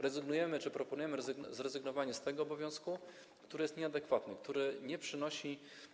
Rezygnujemy czy proponujemy zrezygnowanie z tego obowiązku, który jest nieadekwatny, który nie przynosi.